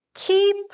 Keep